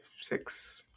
six